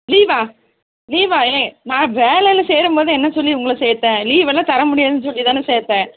லீவா லீவா எலே நான் வேலையில் சேரும்மோது என்ன சொல்லி உங்களை சேர்த்தேன் லீவ் எல்லாம் தர முடியாதுன்னு சொல்லி தான சேர்த்தேன்